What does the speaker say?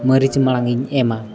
ᱢᱟᱹᱨᱤᱪ ᱢᱟᱲᱟᱝᱤᱧ ᱮᱢᱟ